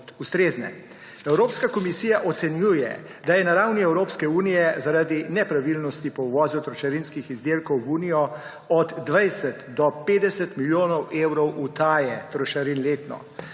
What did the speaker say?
Evropska komisija ocenjuje, da je na ravni Evropske unije zaradi nepravilnosti po uvozu trošarinskih izdelkov v Unijo od 20 do 50 milijonov evrov utaje trošarin letno.